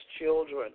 children